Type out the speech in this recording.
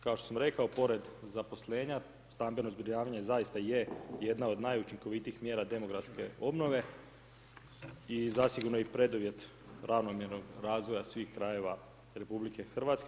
Kao što sam rekao pored zaposlenja stambeno zbrinjavanje zaista je jedna od najučinkovitijih mjera demografske obnove i zasigurno i preduvjet ravnomjernog razvoja svih krajeva RH.